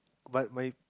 but my